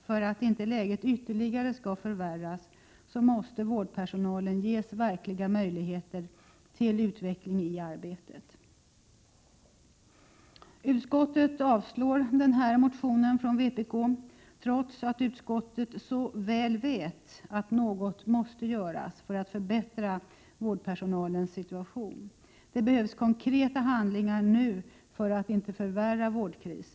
För att inte läget skall förvärras ytterligare måste vårdpersonalen verkligen ges möjligheter till utveckling i arbetet. Utskottet avstyrker vår motion, trots att man i utskottet så väl vet att något måste göras för att vårdpersonalens situation skall kunna förbättras. Det behövs konkret handlande nu för att undvika att vårdkrisen förvärras.